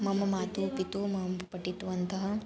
मम मातापितरौ मां पाठितवन्तौ